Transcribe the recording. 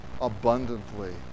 abundantly